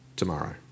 tomorrow